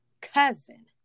cousin